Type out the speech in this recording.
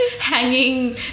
hanging